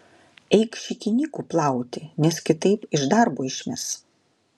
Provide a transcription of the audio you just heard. eik šikinykų plauti nes kitaip iš darbo išmes